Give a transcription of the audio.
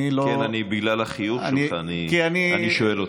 אני לא, כן, בגלל החיוך שלך אני שואל אותך.